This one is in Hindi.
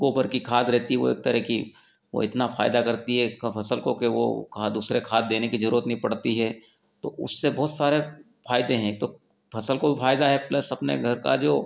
गोबर की खाद रहती है वो एक तरह की वो इतना फ़ायदा करती है फसल को कि वो खाद दूसरे खाद देने की जरूरत नहीं पड़ती है तो उससे बहुत सारे फायदे हैं फसल को भी फायदा है प्लस अपने घर का जो